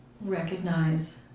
recognize